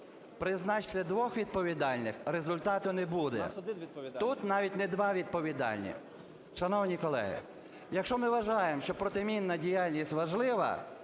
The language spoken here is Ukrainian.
Призначте двох відповідальних – результату не буде. Тут навіть не два відповідальні. Шановні колеги, якщо ми вважаємо, що протимінна діяльність важлива,